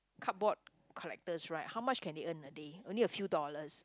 cardboard collectors right how much can they earn a day only a few dollars